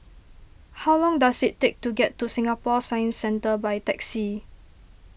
how long does it take to get to Singapore Science Centre by taxi